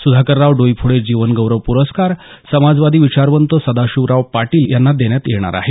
सुधाकरराव डोईफोडे जीवन गौरव पुरस्कार समाजवादी विचारवंत सदाशीवराव पाटील यांना देण्यात येणार आहे